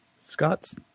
Scott's